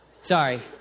sorry